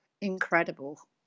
incredible